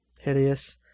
Hideous